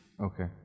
Okay